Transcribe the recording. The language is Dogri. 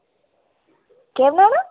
किन्ने दा